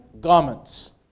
garments